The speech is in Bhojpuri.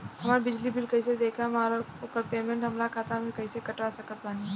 हमार बिजली बिल कईसे देखेमऔर आउर ओकर पेमेंट हमरा खाता से कईसे कटवा सकत बानी?